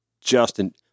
Justin